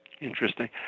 Interesting